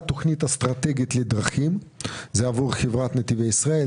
תכנית אסטרטגית לדרכים עבור חברת נתיבי ישראל,